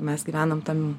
mes gyvenam tam